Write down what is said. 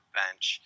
bench